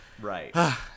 right